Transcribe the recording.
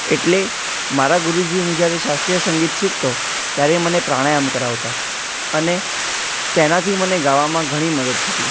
એટલે મારા ગુરુજી હું જ્યારે શાસ્ત્રીય સંગીત શીખતો ત્યારે મને પ્રાણાયમ કરાવતા અને તેનાથી મને ગાવામાં ઘણી મદદ થતી